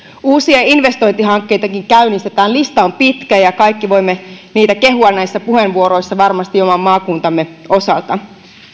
uusia investointihankkeitakin käynnistetään lista on pitkä ja varmasti kaikki voimme niitä kehua näissä puheenvuoroissa oman maakuntamme osalta